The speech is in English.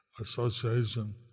Association